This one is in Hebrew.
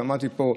כשעמדתי פה,